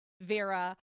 Vera